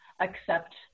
accept